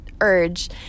urge